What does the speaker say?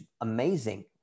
amazing